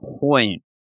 point